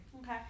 Okay